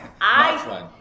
I-